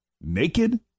naked